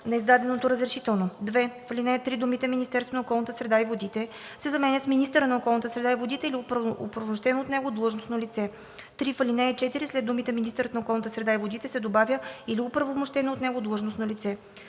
на издадено разрешително“. 2. В ал. 3 думите „Министерството на околната среда и водите“ се заменят с „Министърът на околната среда и водите или оправомощено от него длъжностно лице“. 3. В ал. 4 след думите „Министърът на околната среда и водите“ се добавя „или оправомощено от него длъжностно лице“.“